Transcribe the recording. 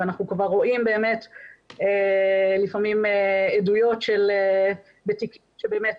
ואנחנו רואים לפעמים עדויות שבאמת